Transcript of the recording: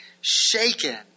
shaken